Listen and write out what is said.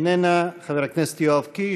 איננה, חבר הכנסת יואב קיש,